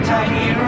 Tiny